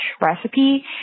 recipe